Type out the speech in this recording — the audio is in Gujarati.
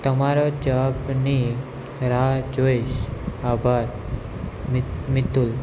તમારો જવાબની રાહ જોઇશ આભાર મિતુલ